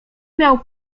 miał